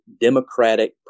democratic